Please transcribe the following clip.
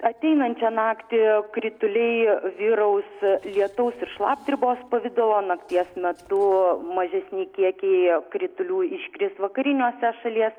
ateinančią naktį krituliai vyraus lietaus ir šlapdribos pavidalo nakties metu mažesni kiekiai kritulių iškris vakariniuose šalies